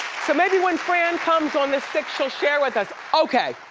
so maybe when fran comes on this sick, she'll share with us. okay,